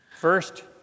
First